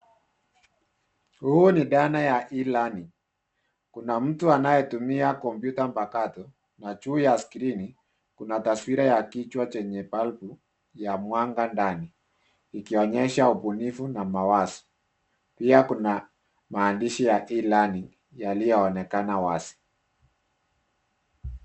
Huyu ni dana ya e-learning . Kuna mtu anayetumia kompyuta mpakato na juu ya skrini kuna taswira ya kichwa chenye balbu ya mwanga ndani, ikionyesha ubunifu na mawazo. Pia kuna maandishi ya e-learning yaliyoonekana wazi.